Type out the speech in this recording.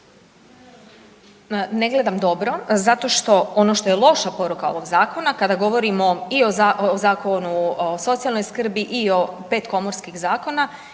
Ne gledam dobro zato što ono što je loša poruka ovog zakona, kada govorimo i o Zakonu o socijalnoj skrbi i o 5 komorskih zakona,